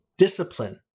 Discipline